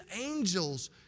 angels